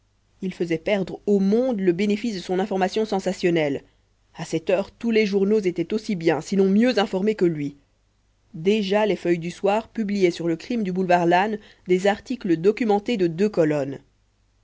il faisait perdre au monde le bénéfice de son information sensationnelle à cette heure tous les journaux étaient aussi bien sinon mieux informés que lui déjà les feuilles du soir publiaient sur le crime du boulevard lannes des articles documentés de deux colonnes